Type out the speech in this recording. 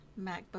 MacBook